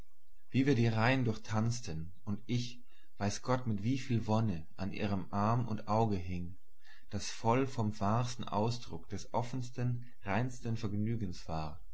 wie wir die reihe durchtanzten und ich weiß gott mit wieviel wonne an ihrem arm und auge hing das voll vom wahrsten ausdruck des offensten reinsten vergnügens war